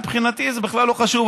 מבחינתי זה בכלל לא חשוב,